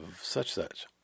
such-such